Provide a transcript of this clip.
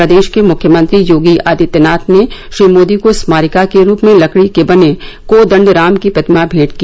प्रदेश के मुख्यमंत्री योगी आदित्यनाथ ने श्री मोदी को स्मारिका के रूप में लकड़ी के बने कोदंड राम की प्रतिमा भेंट की